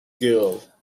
guild